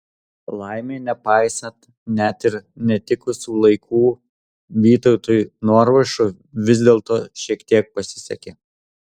laimė nepaisant net ir netikusių laikų vytautui norvaišui vis dėlto šiek tiek pasisekė